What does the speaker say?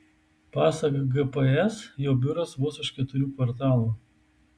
pasak gps jo biuras vos už keturių kvartalų